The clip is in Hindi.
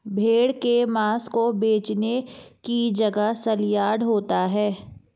भेड़ की मांस को बेचने का जगह सलयार्ड होता है